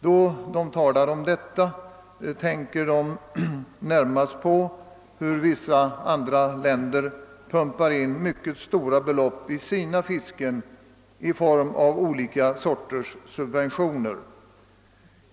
När fiskarna talar om detta tänker de närmast på hur myndigheterna i vissa andra länder till sina fiskare pumpar in mycket stora belopp i form av subventioner.